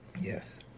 Yes